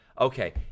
Okay